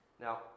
Now